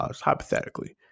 hypothetically